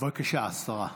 טובה, בסופו של דבר,